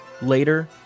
later